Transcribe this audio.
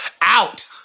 Out